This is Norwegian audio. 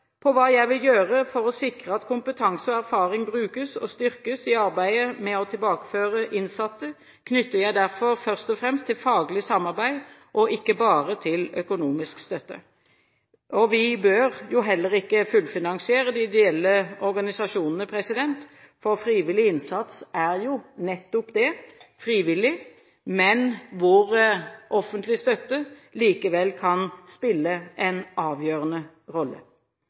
på hva jeg vil gjøre for å sikre at kompetanse og erfaring brukes og styrkes i arbeidet med å tilbakeføre innsatte, knytter jeg derfor først og fremst til faglig samarbeid og ikke bare til økonomisk støtte. Vi bør heller ikke fullfinansiere de ideelle organisasjonene, for frivillig innsats er jo nettopp det: frivillig – men hvor offentlig støtte likevel kan spille en avgjørende rolle.